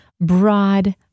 broad